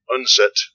Unset